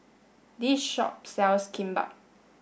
this shop sells Kimbap